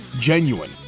genuine